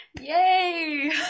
Yay